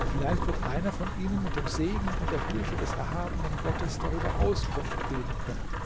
vielleicht wird einer von ihnen mit dem segen und der hilfe des erhabenen gottes darüber auskunft geben können